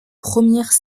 premières